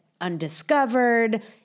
undiscovered